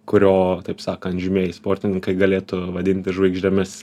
kurio taip sakan žymieji sportininkai galėtų vadinti žvaigždėmis